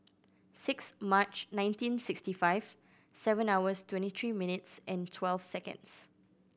six March nineteen sixty five seven hours twenty three minutes and twelve seconds